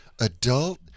adult